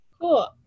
Cool